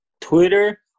Twitter